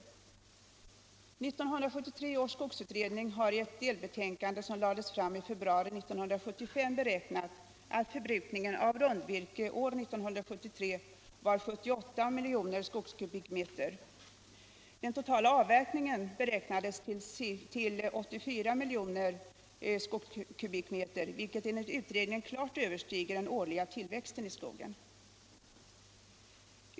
1973 års skogsutredning har i ett delbetänkande som lades fram i februari 1975 beräknat att förbrukningen av rundvirke år 1973 var 78 miljoner skogskubikmeter. Den totala avverkningen beräknades till 84 miljoner skogskubikmeter, vilket enligt utredningen klart överstiger den årliga tillväxten i skogen.